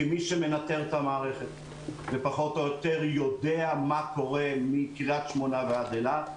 כמי שמנטר את המערכת ופחות או יותר יודע מה קורה מקרית שמונה ועד אילת,